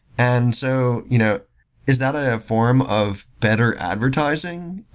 and so you know is that a form of better advertising?